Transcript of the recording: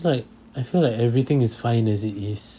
cause like I feel like everything is fine as it is